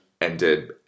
ended